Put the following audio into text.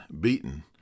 beaten